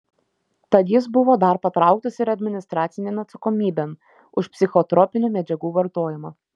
tad jis buvo dar patrauktas ir administracinėn atsakomybėn už psichotropinių medžiagų vartojimą